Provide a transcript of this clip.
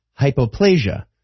hypoplasia